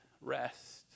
Rest